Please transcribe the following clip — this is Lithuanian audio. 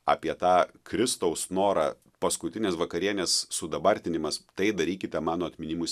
apie tą kristaus norą paskutinės vakarienės sudabartinimas tai darykite mano atminimus